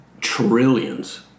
Trillions